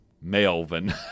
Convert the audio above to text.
Melvin